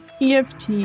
EFT